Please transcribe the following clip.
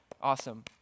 awesome